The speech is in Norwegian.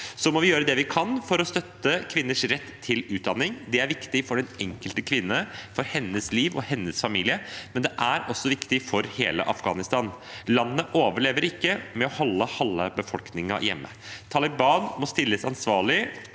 Vi må gjøre det vi kan for å støtte kvinners rett til utdanning. Det er viktig for den enkelte kvinne, for hennes liv og hennes familie, og det er også viktig for hele Afghanistan. Landet overlever ikke ved å holde halve befolkningen hjemme. Taliban må stilles ansvarlig,